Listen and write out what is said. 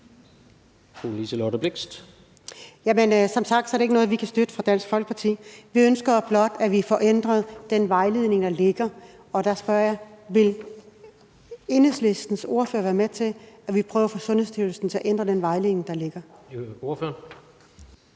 som sagt er det ikke noget, vi fra Dansk Folkepartis side kan støtte. Vi ønsker blot, at vi får ændret den vejledning, der ligger. Og der spørger jeg: Vil Enhedslistens ordfører være med til, at vi prøver at få Sundhedsstyrelsen til at ændre den vejledning, der ligger? Kl. 13:20 Tredje